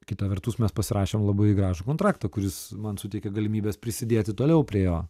kita vertus mes pasirašėm labai gražų kontraktą kuris man suteikė galimybes prisidėti toliau prie jo